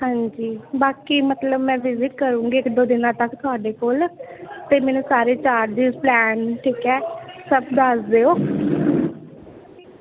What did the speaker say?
ਹਾਂਜੀ ਬਾਕੀ ਮਤਲਬ ਮੈਂ ਵਿਜਿਟ ਕਰੂੰਗੀ ਇੱਕ ਦੋ ਦਿਨਾਂ ਤੱਕ ਤੁਹਾਡੇ ਕੋਲ ਅਤੇ ਮੈਨੂੰ ਸਾਰੇ ਚਾਰਜਸ ਪਲਾਨ ਠੀਕ ਹੈ ਸਭ ਦੱਸ ਦਿਓ